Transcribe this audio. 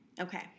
Okay